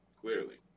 Clearly